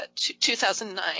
2009